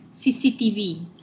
CCTV